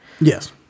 Yes